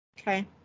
Okay